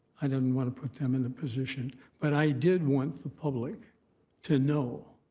i didn't want to put them in the position but i did want the public to know